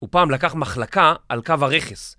ופעם לקח מחלקה על קו הרכס.